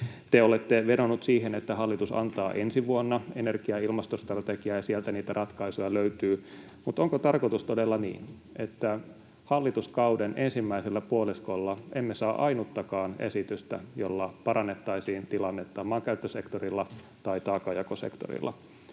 Te olette vedonnut siihen, että hallitus antaa ensi vuonna energia- ja ilmastostrategian ja sieltä niitä ratkaisuja löytyy. Mutta onko tarkoitus todella niin, että hallituskauden ensimmäisellä puoliskolla emme saa ainuttakaan esitystä, jolla parannettaisiin tilannetta maankäyttösektorilla tai taakanjakosektorilla?